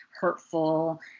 hurtful